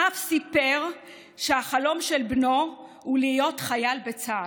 האב סיפר שהחלום של בנו הוא להיות חייל בצה"ל.